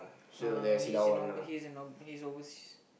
no no no no he's in over~ he's in over~ he's overseas